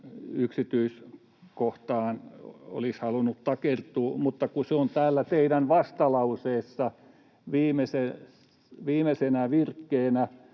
yksityiskohtaan olisi halunnut takertua, mutta kun se on täällä teidän vastalauseessanne viimeisenä virkkeenä: